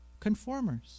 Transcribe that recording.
Conformers